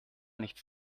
nichts